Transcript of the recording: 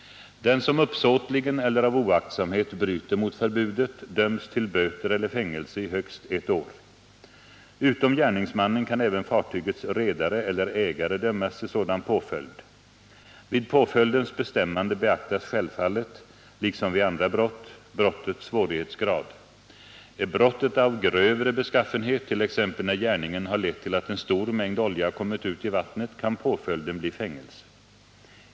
Den som uppsåtligen eller av oaktsamhet bryter mot förbudet döms till böter eller fängelse i högst ett år. Utom gärningsmannen kan även fartygets redare eller ägare dömas till sådan påföljd. Vid påföljdens bestämmande beaktas självfallet — liksom vid andra brott — brottets svårighetsgrad. Är brottet av grövre beskaffenhet, t.ex. när gärningen harlett till att en stor mängd olja har kommit ut i vattnet, kan påföljden bli fängelse.